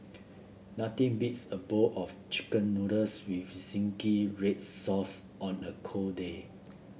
nothing beats a bowl of chicken noodles with zingy red sauce on a cold day